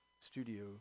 studio